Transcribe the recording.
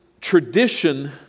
tradition